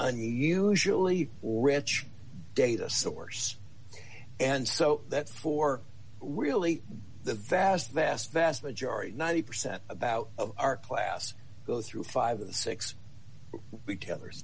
unusually rich data source and so that for really the vast vast vast majority ninety percent about our class go through five of the six retailers